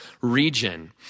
region